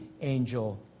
angel